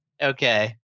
Okay